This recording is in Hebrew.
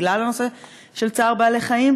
בגלל הנושא של צער בעלי-חיים,